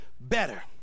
better